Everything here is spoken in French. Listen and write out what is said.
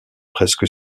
presque